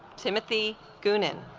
timothy coonan